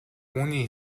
үүний